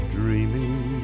dreaming